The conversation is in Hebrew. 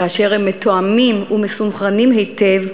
כאשר הם מתואמים ומסונכרנים היטב,